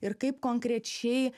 ir kaip konkrečiai